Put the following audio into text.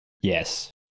Yes